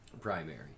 primary